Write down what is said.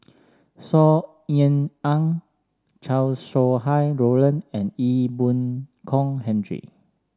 Saw Ean Ang Chow Sau Hai Roland and Ee Boon Kong Henry